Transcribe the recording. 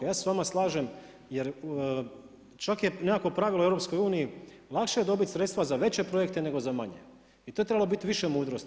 Ja se s vama slažem jer čak je nekakvo pravilo u EU-u, lakše je dobiti sredstva za veće projekte nego za manje i tu je trebalo biti više mudrosti.